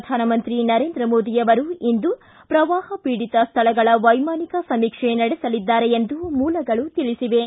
ಪ್ರಧಾನಮಂತ್ರಿ ನರೇಂದ್ರ ಮೋದಿ ಅವರು ಇಂದು ಪ್ರವಾಹ ಪೀಡಿತ ಸ್ವಳಗಳ ವೈಮಾನಿಕ ಸಮೀಕ್ಷೆ ನಡೆಸಲಿದ್ದಾರೆ ಎಂದು ಮೂಲಗಳು ತಿಳಿಸಿವೆ